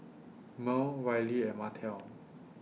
Merl Ryley and Martell